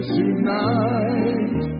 tonight